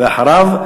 ואחריו,